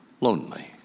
lonely